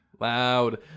loud